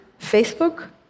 Facebook